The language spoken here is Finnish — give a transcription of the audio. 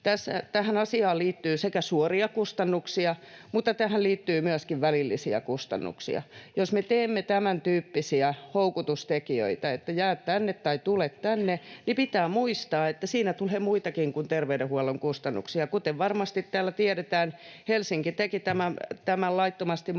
Tähän asiaan liittyy suoria kustannuksia, mutta tähän liittyy myöskin välillisiä kustannuksia. Jos me teemme tämäntyyppisiä houkutustekijöitä, että jää tänne tai tule tänne, niin pitää muistaa, että siinä tulee muitakin kuin terveydenhuollon kustannuksia. Kuten varmasti täällä tiedetään, Helsinki teki tämän laittomasti maassa